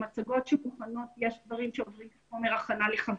יש חומר הכנה לחברים.